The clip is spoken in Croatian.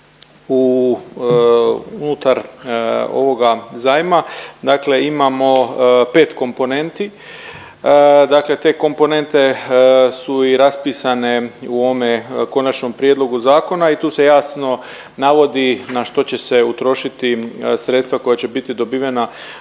unutar ovoga zajma dakle imamo 5 komponenti. Dakle te komponente su i raspisane u ovome konačnom prijedlogu zakona i tu se jasno navodi na što će se utrošiti sredstva koja će biti dobivena